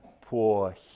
poor